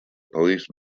police